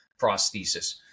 prosthesis